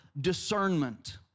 discernment